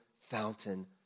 fountain